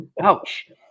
Ouch